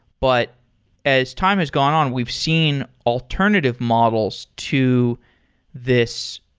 but as time has gone on, we've seen alternative models to this.